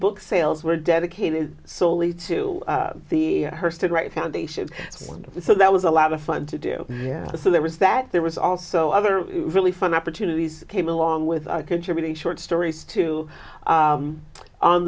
book sales were dedicated solely to the hearse to write foundation so and so that was a lot of fun to do yeah so there was that there was also other really fun opportunities came along with contributing short stories too